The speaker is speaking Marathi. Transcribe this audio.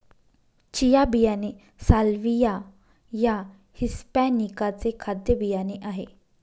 चिया बियाणे साल्विया या हिस्पॅनीका चे खाद्य बियाणे आहे